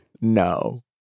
No